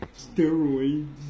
Steroids